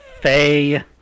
Faye